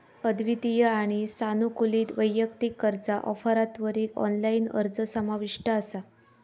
अद्वितीय आणि सानुकूलित वैयक्तिक कर्जा ऑफरात त्वरित ऑनलाइन अर्ज समाविष्ट असा